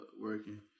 working